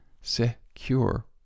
secure